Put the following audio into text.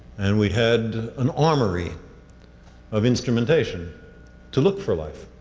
and we had an armory of instrumentation to look for life.